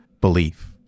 belief